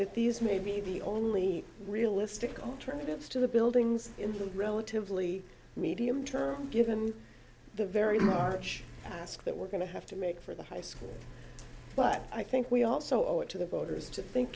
that these may be the only realistic alternatives to the buildings in the relatively medium term given the very march that we're going to have to make for the high school but i think we also owe it to the voters to think